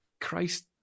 Christ